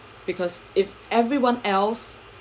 because if everyone else